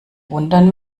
wundern